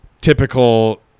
typical